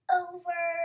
over